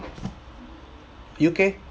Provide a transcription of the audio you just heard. U_K